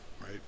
right